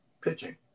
pitching